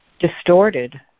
distorted